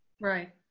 Right